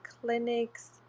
clinics